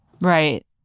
Right